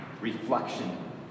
reflection